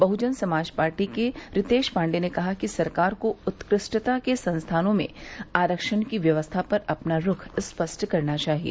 बहुजन Samaj party के रितेश पांडे ने कहा कि सरकार को उत्कृष्टता के संस्थानों में आरक्षण की व्यवस्था पर अपना रुख स्पष्ट करना चाहिए